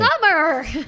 Summer